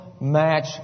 match